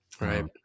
Right